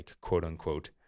quote-unquote